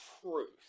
truth